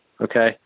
Okay